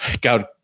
god